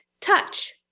touch